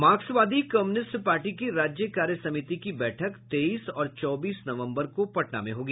मार्कस्वादी communist party की राज्य कार्य समिति की बैठक तेईस और चौबीस नवंबर को पटना में होगी